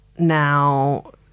now